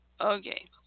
Okay